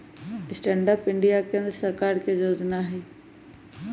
stand up India केंद्र सरकार के जोजना हइ